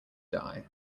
die